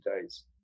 days